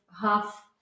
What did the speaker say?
half